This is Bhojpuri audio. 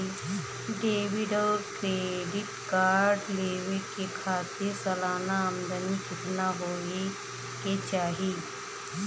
डेबिट और क्रेडिट कार्ड लेवे के खातिर सलाना आमदनी कितना हो ये के चाही?